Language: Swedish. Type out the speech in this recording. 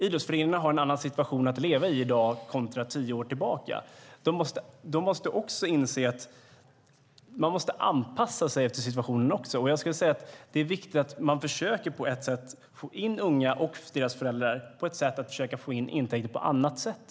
Idrottsföreningarna har i dag en annan situation att leva i kontra tio år tillbaka. De måste inse att de måste anpassa sig efter situationen. Det är viktigt att man försöker få in unga och deras föräldrar för att få intäkter på annat sätt.